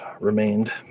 remained